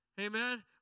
Amen